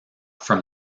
from